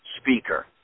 speaker